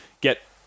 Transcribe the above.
get